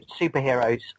superheroes